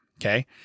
Okay